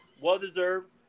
well-deserved